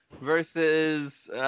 versus –